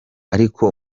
ariko